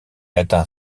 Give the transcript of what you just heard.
atteint